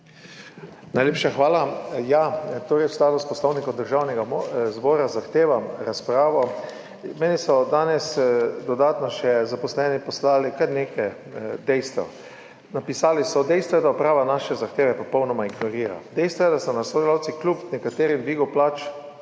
Najlepša hvala. V skladu s Poslovnikom Državnega zbora zahtevam razpravo. Meni so danes še dodatno zaposleni poslali kar nekaj dejstev. Napisali so: »Dejstvo je, da uprava naše zahteve popolnoma ignorira. Dejstvo je, da so nas sodelavci kljub nekaterim dvigom plač